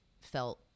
felt